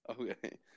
Okay